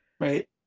Right